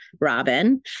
Robin